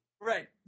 Right